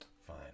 Fine